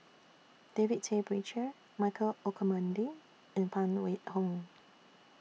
David Tay Poey Cher Michael Olcomendy and Phan Wait Hong